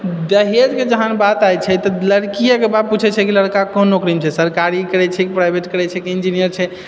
दहेज के जहाँतक बात आबै छै तऽ लड़कियेके बाप पूछैत छै की लड़का कोन नौकरीमे छै सरकारी करैत छै कि प्राइवेट करैत छै कि इंजीनियर छै